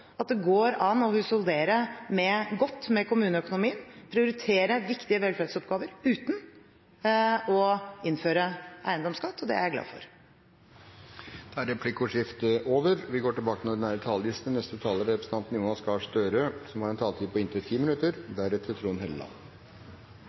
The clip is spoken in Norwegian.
at det går an å husholdere godt med kommuneøkonomien og prioritere viktige velferdsoppgaver uten å innføre eiendomsskatt, og det er jeg glad for. Replikkordskiftet er over.